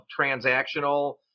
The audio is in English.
transactional